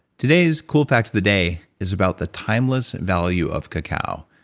today's cool fact of the day is about the timeless value of cacao.